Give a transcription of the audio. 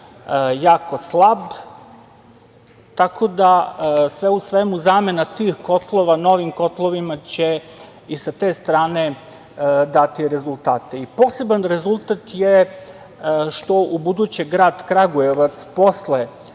jako slab. Sve u svemu zamena tih kotlova novim kotlovima će i sa te strane dati rezultate. Poseban rezultat je što ubuduće grad Kragujevac posle